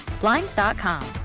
Blinds.com